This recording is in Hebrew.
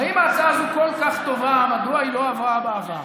הרי אם ההצעה כל כך טובה, מדוע היא לא עברה בעבר?